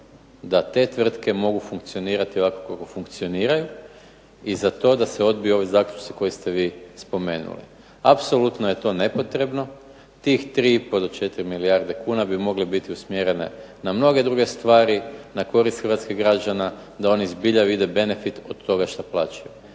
da te tvrtke mogu funkcionirati ovako kako funkcioniraju i za to da se odbiju ovi zaključci koje ste vi spomenuli. Apsolutno je to nepotrebno. Tih 3,5 do 4 milijarde kuna bi mogle biti usmjerene na mnoge druge stvari na korist hrvatskih građana da oni zbilja vide benefit od toga što plaćaju.